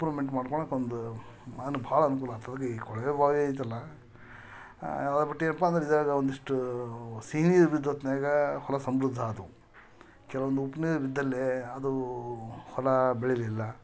improvement ಮಾಡ್ಕೊಳಕ್ಕೆ ಒಂದು ಮಾನ ಭಾಳ ಅನುಕೂಲ ಆಯ್ತ್ ಈ ಕೊಳವೆ ಬಾವಿ ಐತಲ್ಲ ಇದ್ರಾಗೆ ಒಂದಿಷ್ಟು ಸಿಹಿ ನೀರು ಇಲ್ದಿದ್ದ ಹೊತ್ನ್ಯಾಗಾ ಹೊಲ ಸಮೃದ್ಧ ಆದವು ಕೆಲ್ವೊಂದು ಉಪ್ಪು ನೀರು ಇದ್ದಲ್ಲಿ ಅದು ಹೊಲ ಬೆಳಿಲಿಲ್ಲ